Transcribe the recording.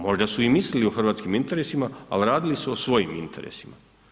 Možda su i mislili o hrvatskim interesima, ali radili su o svojim interesima.